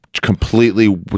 completely